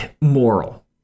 moral